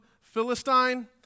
Philistine